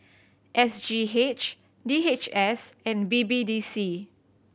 S G H D H S and B B D C